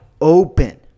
open